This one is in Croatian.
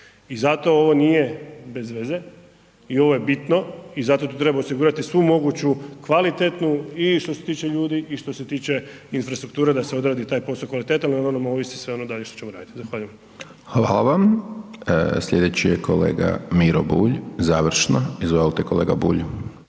I zato ovo nije bez veze i ovo je bitno i zato tu treba osigurati svu moguću kvalitetnu i što se tiče ljudi i što se tiče infrastrukture da se odradi taj posao kvalitetno jer o njemu ovisi sve ono dalje što ćemo raditi. Zahvaljujem. **Hajdaš Dončić, Siniša (SDP)** Hvala vam. Slijedeći je kolega Miro Bulj, završno. Izvolite kolega Bulj.